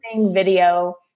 video